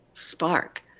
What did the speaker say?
spark